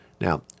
Now